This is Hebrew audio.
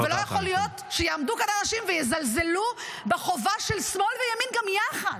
ולא יכול להיות שיעמדו כאן אנשים ויזלזלו בחובה של שמאל וימין גם יחד